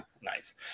Nice